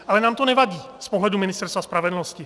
Ale nám to nevadí z pohledu Ministerstva spravedlnosti.